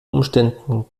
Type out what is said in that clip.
umständen